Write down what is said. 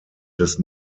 des